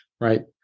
right